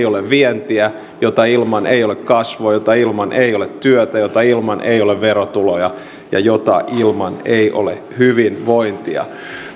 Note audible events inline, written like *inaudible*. *unintelligible* ole vientiä jota ilman ei ole kasvua jota ilman ei ole työtä jota ilman ei ole verotuloja ja jota ilman ei ole hyvinvointia